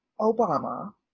obama